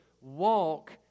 walk